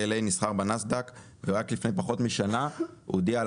KLA נסחר בנאסד"ק ורק לפני פחות משנה הוא הודיע על